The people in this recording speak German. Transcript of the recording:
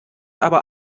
aber